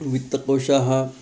वित्तकोषाः